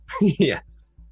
Yes